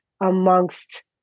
amongst